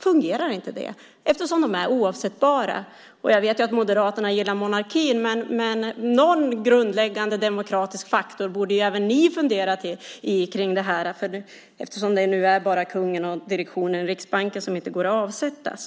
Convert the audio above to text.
fungerar inte det, eftersom ledamöterna är icke avsättningsbara. Jag vet att Moderaterna gillar monarkin. Men någon grundläggande demokratisk faktor borde även ni ha funderat på i detta. Det är nu bara kungen och direktionen i Riksbanken som inte går att avsätta.